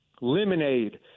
lemonade